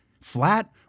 flat